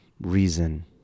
reason